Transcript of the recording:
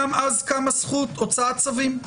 גם אז קמה זכות הוצאת צווים.